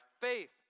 faith